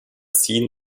seen